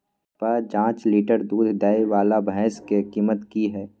प जॉंच लीटर दूध दैय वाला भैंस के कीमत की हय?